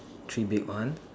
three big one